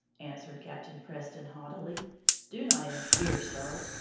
answered captain preston, haughtily do not interfere, sir.